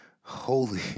holy